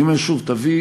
אני אומר שוב: תביא,